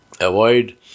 avoid